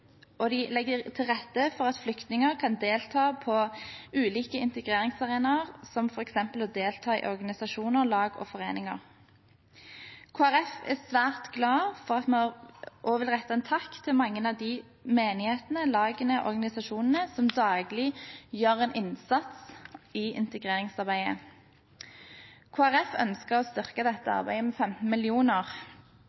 og de legger til rette for at flyktninger kan delta på ulike integreringsarenaer som f.eks. å delta i organisasjoner, lag og foreninger. Kristelig Folkeparti er svært glad for dette og vil rette en takk til mange av de menighetene, lagene og organisasjonene som daglig gjør en innsats i integreringsarbeidet. Kristelig Folkeparti ønsker å styrke dette